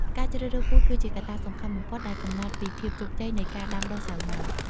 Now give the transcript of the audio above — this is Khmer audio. ការជ្រើសរើសពូជគឺជាកត្តាសំខាន់បំផុតដែលកំណត់ពីភាពជោគជ័យនៃការដាំដុះសាវម៉ាវ។